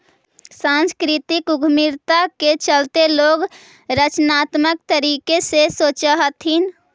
सांस्कृतिक उद्यमिता के चलते लोग रचनात्मक तरीके से सोचअ हथीन